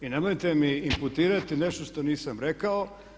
I nemojte mi inputirati nešto što nisam rekao.